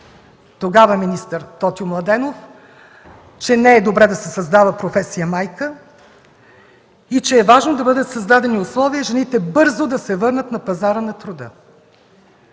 тогава министър Тотю Младенов, казва, че е лошо, че не е добре да се създава професия майка и че е важно да бъдат създадени условия жените бързо да се върнат на пазара на труда.